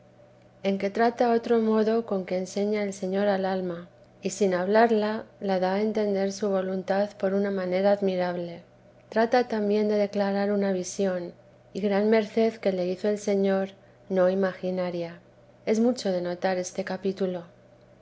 en que trata otro modo con que enseña el señor al alma y sin hablarla la da a entender su voluntad por una manera admirable trata también de declarar una visión y gran merced que le hizo el señor no imaginaria es mucho de notar este capítulo